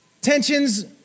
tensions